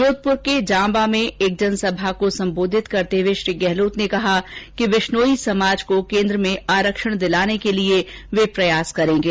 जोधपुर के जांबा में एक जनसभा को संबोधित करते हुए श्री गहलोत ने कहा कि विश्नोई समाज को केंद्र में आरक्षण दिलाने के लिए वे प्रयास करेंगे